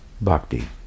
bhakti